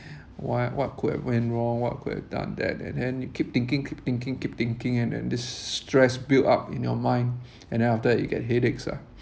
why what could have went wrong what could have done that and then you keep thinking keep thinking keep thinking and and this stress build up in your mind and then after that you get headaches ah